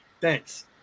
Thanks